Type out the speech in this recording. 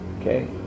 Okay